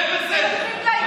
זה ממלכתי,